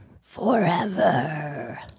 Forever